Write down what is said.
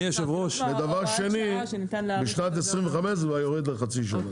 ודבר שני בשנת 2025 זה כבר יורד לחצי שנה.